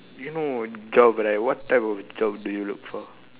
you know job right what type of job do you look for